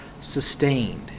sustained